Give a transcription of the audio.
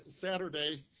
Saturday